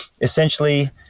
essentially